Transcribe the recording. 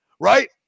right